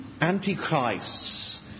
antichrists